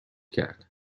کرد